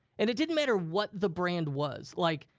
and it didn't matter what the brand was. like,